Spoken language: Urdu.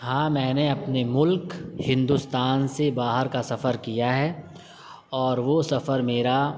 ہاں میں نے اپنے ملک ہندوستان سے باہر کا سفر کیا ہے اور وہ سفر میرا